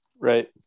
Right